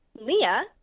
Leah